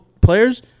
players